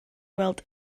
gweld